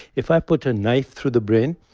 if i put a knife through the brain,